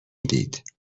دید